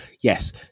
yes